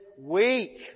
weak